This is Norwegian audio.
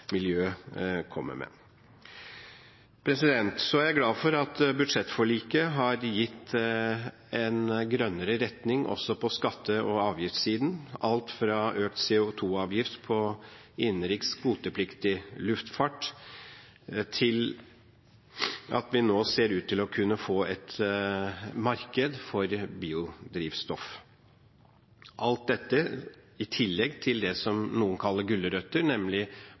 miljø kommer med. Jeg er også glad for at budsjettforliket har gitt en grønnere retning også på skatte- og avgiftssiden, alt fra økt CO2-avgift på innenriks kvotepliktig luftfart til at vi nå ser ut til å kunne få et marked for biodrivstoff. Alt dette, i tillegg til det som noen kaller gulrøtter – nemlig